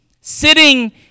sitting